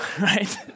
right